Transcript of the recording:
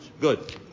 Good